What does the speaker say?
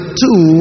two